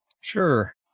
Sure